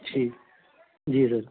ਜੀ ਜੀ ਸਰ